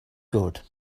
good